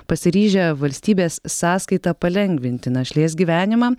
pasiryžę valstybės sąskaita palengvinti našlės gyvenimą